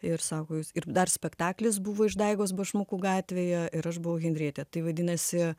ir sako jūs ir dar spektaklis buvo išdaigos bešmukų gatvėje ir aš buvau henrietė tai vadinasi